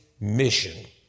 mission